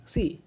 See